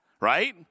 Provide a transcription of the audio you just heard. right